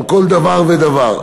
על כל דבר ודבר.